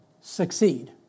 succeed